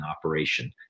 operation